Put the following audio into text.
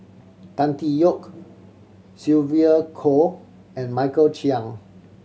Tan Tee Yoke Sylvia Kho and Michael Chiang